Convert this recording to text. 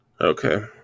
Okay